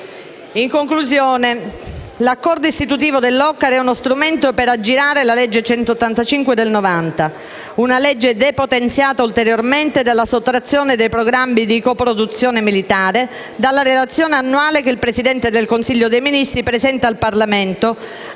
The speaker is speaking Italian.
In conclusione, l'accordo istitutivo dell'OCCAR è uno strumento per aggirare la legge n. 185 del 1990: una legge depotenziata ulteriormente dalla sottrazione dei programmi di coproduzione militare dalla relazione annuale che il Presidente del Consiglio dei ministri presenta al Parlamento,